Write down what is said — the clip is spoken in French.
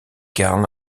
karl